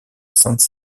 sainte